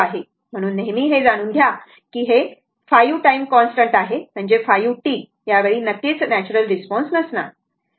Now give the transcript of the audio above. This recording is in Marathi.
म्हणून नेहमी हे जाणून घ्या की हे 5 टाइम कॉन्स्टन्ट आहे म्हणजेच 5 τ यावेळी नक्कीच नॅच्युरल रिस्पॉन्स नसणार